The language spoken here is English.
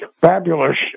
fabulous